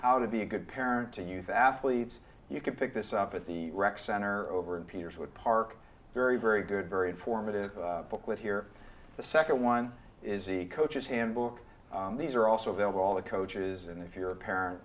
how to be a good parent to you the athletes you can pick this up at the rec center over peter's would park very very good very informative booklet here the second one is a coach's handbook these are also available all the coaches and if you're a parent